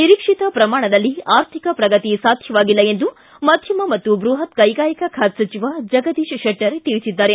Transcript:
ನಿರೀಕ್ಷಿತ ಪ್ರಮಾಣದಲ್ಲಿ ಆರ್ಥಿಕ ಪ್ರಗತಿ ಸಾಧ್ಯವಾಗಿಲ್ಲ ಎಂದು ಮಧ್ಯಮ ಮತ್ತು ಬೃಹತ್ ಕೈಗಾರಿಕಾ ಖಾತೆ ಸಚಿವ ಜಗದೀಶ್ ಶೆಟ್ಟರ್ ತಿಳಿಸಿದ್ದಾರೆ